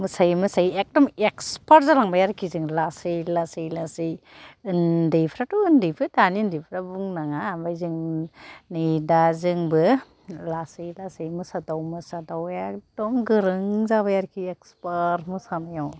मोसायै मोसायै एकदम एक्सपार्ट जालांबाय आरिखि जों लासै लासै लासै उन्दैफ्राथ' उन्दैफोर दानि उन्दैफ्रा बुंनाङा ओमफ्राय जों नै दा जोंबो लासै लासै मोसादाव मोसादाव एकदम गोरों जाबाय आरोखि एक्सपार्ट मोसानायाव